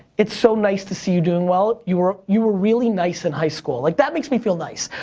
it's so nice to see you doing well, you were you were really nice in high school. like, that makes me feel nice.